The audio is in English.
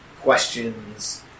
questions